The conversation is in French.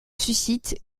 suscitent